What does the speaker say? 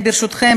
ברשותכם,